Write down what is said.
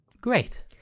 great